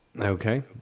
Okay